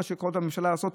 כל מה שקורה בממשלה הזאת,